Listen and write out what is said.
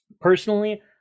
Personally